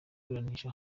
umwanditsi